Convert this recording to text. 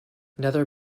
nether